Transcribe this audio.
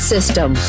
system